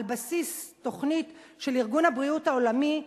על בסיס תוכנית של ארגון הבריאות העולמי,